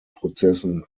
prozessen